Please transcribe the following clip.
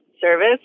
service